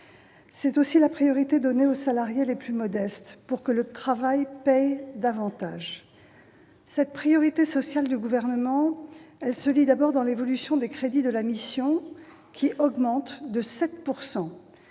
est également donnée aux salariés les plus modestes, pour que le travail paie davantage. Cette priorité sociale du Gouvernement se lit d'abord dans l'évolution des crédits de la mission, qui augmentent de 7 %.